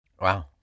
Wow